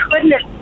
goodness